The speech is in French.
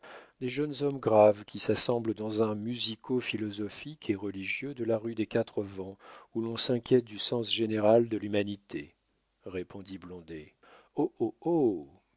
des jeunes hommes graves qui s'assemblent dans un musico philosophique et religieux de la rue des quatre vents où l'on s'inquiète du sens général de l'humanité répondit